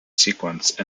sequence